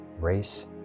race